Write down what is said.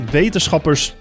wetenschappers